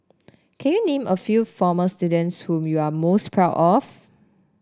can you name a few former students whom you are most proud of